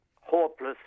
hopeless